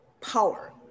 power